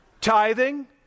Tithing